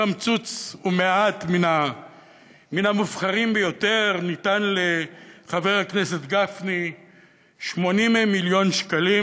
קמצוץ ומעט מן המובחרים ביותר: ניתנו לחבר הכנסת גפני 80 מיליון שקלים.